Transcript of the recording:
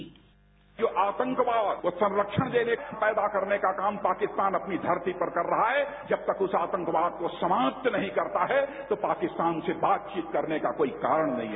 bite Rajnath Singh जो आतंकवाद और संरक्षण देने पैदा करने का काम पाकिस्तान अपनी घरती पर कर रहा है जब तक उस आतंकवाद को समाप्त नहीं करता है तो पाकिस्तान से बातचीत करने का कोई कारण नहीं है